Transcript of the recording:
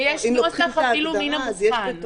שיש נוסח מן המוכן.